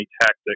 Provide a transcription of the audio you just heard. tactic